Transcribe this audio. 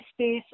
space